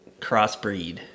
crossbreed